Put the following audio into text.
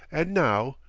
and now,